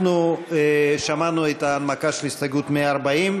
אנחנו שמענו את ההנמקה של הסתייגות 140,